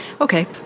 Okay